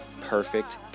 Perfect